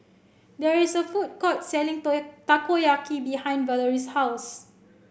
there is a food court selling Takoyaki behind Valorie's house